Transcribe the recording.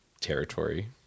territory